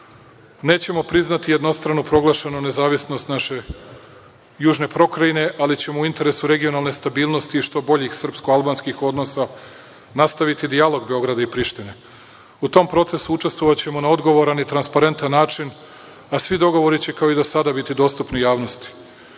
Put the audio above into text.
Nećemo priznati jednostrano proglašenu nezavisnost naše južne pokrajine, ali ćemo u interesu regionalne stabilnosti i što boljih srpsko-albanskih odnosa nastaviti dijalog Beograd i Prištine. U tom procesu učestvovaćemo na odgovoran i transparentan način, a svi dogovori će kao i do sada biti dostupni javnosti.